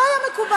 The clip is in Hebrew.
לא היה מקובל.